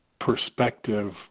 perspective